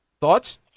Thoughts